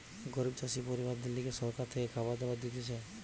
গরিব চাষি পরিবারদের লিগে সরকার থেকে খাবার দাবার দিতেছে